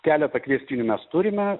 keletą kviestinių mes turime